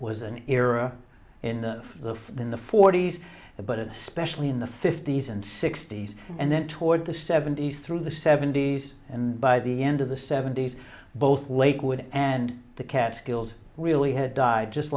was an era in of in the forty's but especially in the fifty's and sixty's and then toward the seventy's through the seventy's and by the end of the seventy's both lakewood and the catskills really had died just